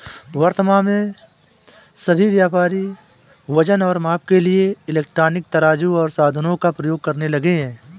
वर्तमान में सभी व्यापारी वजन और माप के लिए इलेक्ट्रॉनिक तराजू ओर साधनों का प्रयोग करने लगे हैं